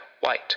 white